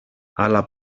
αλλά